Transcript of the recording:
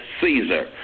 Caesar